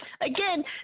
again